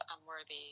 unworthy